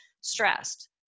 stressed